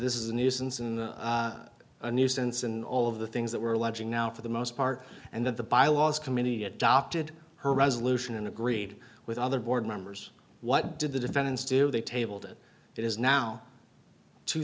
this is a nuisance and a nuisance and all of the things that we're alleging now for the most part and that the bylaws committee adopted her resolution and agreed with other board members what did the defendants do they tabled it it is now two